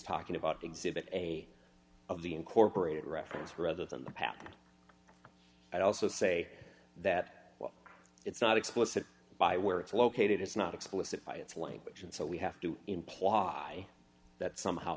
talking about exhibit a of the incorporated reference rather than the pap and i also say that it's not explicit by where it's located it's not explicit by its language and so we have to imply that somehow